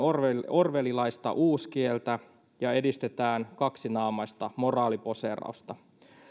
orwellilaista uuskieltä ja edistetään kaksinaamaista moraaliposeerausta